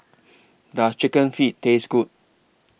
Does Chicken Feet Taste Good